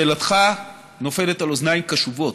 שאלתך נופלת על אוזניים קשובות.